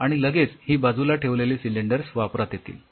आणि लगेच ही बाजूला ठेवलेली सिलिडर्स वापरात येतील